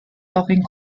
talking